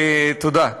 תודה,